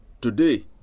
Today